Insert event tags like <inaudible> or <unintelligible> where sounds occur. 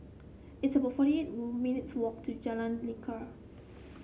it's about forty eight <unintelligible> minutes' walk to Jalan Lekar